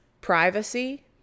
privacy